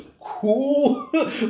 cool